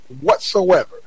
whatsoever